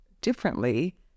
differently